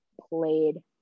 played